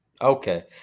Okay